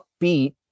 upbeat